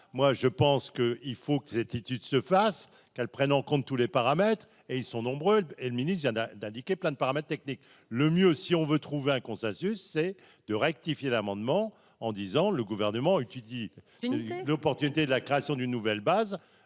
moi je pense que il faut que cette étude se fasse, qu'elle prenne en compte tous les paramètres et ils sont nombreux, et le ministre, il en d'indiquer plein de paramètres techniques le mieux, si on veut trouver un consensus et de rectifier l'amendement en disant le gouvernement étudie l'opportunité de là. Création d'une nouvelle base